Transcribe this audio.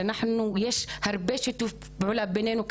שיש הרבה שיתוף פעולה ביננו,